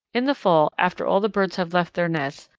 in the fall, after all the birds have left their nests,